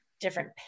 different